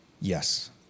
Yes